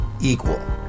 equal